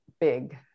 big